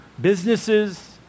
businesses